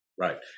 Right